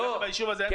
דווקא ביישוב הזה ---?